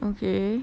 okay